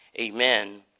Amen